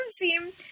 seem